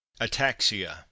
Ataxia